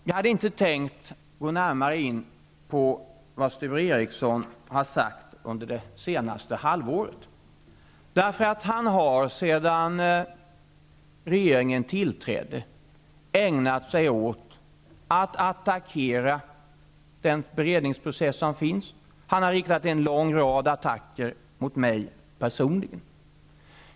Jag hade inte tänkt gå närmare in på vad Sture Ericson sagt under det senaste halvåret. Han har sedan regeringen tillträdde ägnat sig åt att attackera den beredningsprocess som finns. Han har riktat en lång rad attacker mot mig personligen.